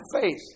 faith